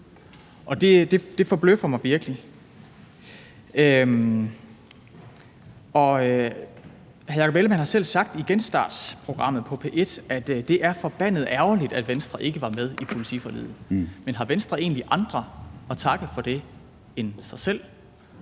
det forbløffer mig virkelig. Hr. Jakob Ellemann-Jensen har selv sagt i »Genstart«, programmet på P1, at det er forbandet ærgerligt, at Venstre ikke var med i politiforliget. Men har Venstre egentlig andre at takke for det end sig selv?